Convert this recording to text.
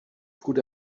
put